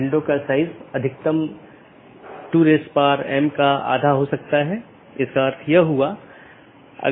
गैर संक्रमणीय में एक और वैकल्पिक है यह मान्यता प्राप्त नहीं है इस लिए इसे अनदेखा किया जा सकता है और दूसरी तरफ प्रेषित नहीं भी किया जा सकता है